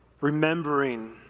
remembering